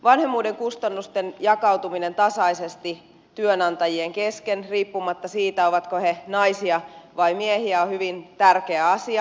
vanhemmuuden kustannusten jakautuminen tasaisesti työnantajien kesken riippumatta siitä ovatko he naisia vai miehiä on hyvin tärkeä asia